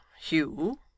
Hugh